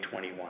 2021